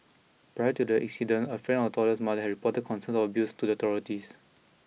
prior to the incident a friend of the Toddler's mother had reported concerns of abuse to the authorities